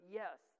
yes